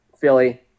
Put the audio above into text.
Philly